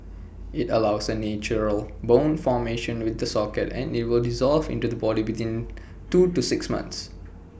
IT allows send natural bone formation with the socket and will dissolve in the body within two to six months